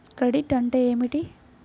Credit అంటే ఏమిటి?